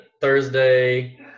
Thursday